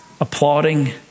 applauding